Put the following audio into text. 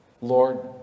Lord